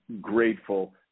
grateful